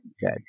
Good